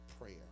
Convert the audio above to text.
prayer